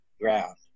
ground